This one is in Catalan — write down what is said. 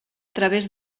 través